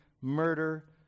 murder